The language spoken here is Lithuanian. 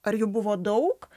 ar jų buvo daug